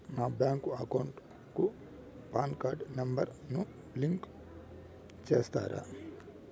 నా bank account కు PAN card number ను లింకు సేస్తారా?